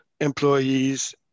employees